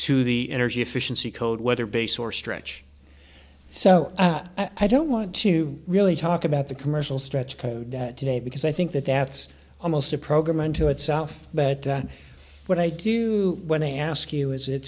to the energy efficiency code whether bass or stretch so i don't want to really talk about the commercial stretch code today because i think that that's almost a program unto itself but what i do when they ask you is it